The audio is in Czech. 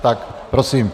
Tak prosím.